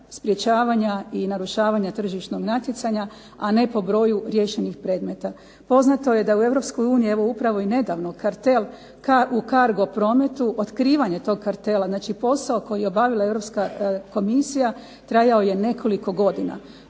sprječavanja i narušavanja tržišnog natjecanja, a ne po broju riješenih predmeta. Poznato je da u Europskoj uniji, evo upravo i nedavno kartel u kargo prometu, otkrivanje tog kartela, znači posao koji je obavila Europska Komisija, trajao je nekoliko godina.